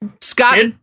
Scott